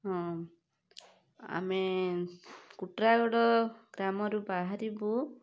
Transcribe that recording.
ହଁ ଆମେ କୁଟୁରାଗଡ଼ ଗ୍ରାମରୁ ବାହାରିବୁ